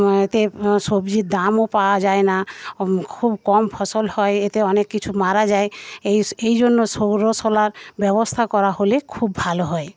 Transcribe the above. এতে সবজির দামও পাওয়া যায় না খুব কম ফসল হয় এতে অনেক কিছু মারা যায় এই এই জন্য সৌর সোলার ব্যবস্থা করা হলে খুব ভালো হয়